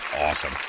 awesome